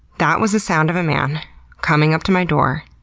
that was the sound of a man coming up to my door,